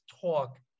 talk